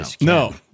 No